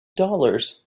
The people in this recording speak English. dollars